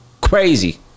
crazy